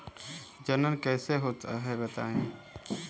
जनन कैसे होता है बताएँ?